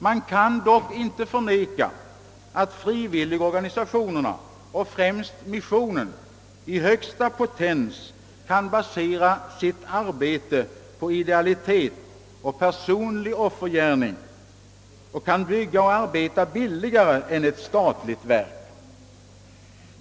Man kan dock inte förneka att frivilligorganisationerna och främst missionen i högsta potens kan basera sitt arbete på idealitet och personlig offergärning och kan bygga och arbeta billigare än ett statligt verk.